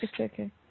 Okay